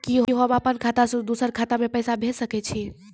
कि होम अपन खाता सं दूसर के खाता मे पैसा भेज सकै छी?